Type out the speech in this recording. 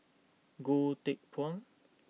Goh Teck Phuan